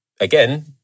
again